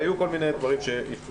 היו כל מיני דברים שהפריעו.